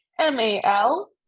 M-A-L